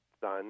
son